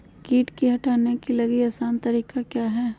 किट की हटाने के ली आसान तरीका क्या है?